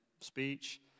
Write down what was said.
speech